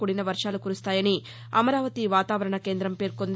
కూడిన వర్వాలు కురుస్తాయని అమరావతి వాతావరణ కేందం పేర్కొంది